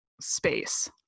space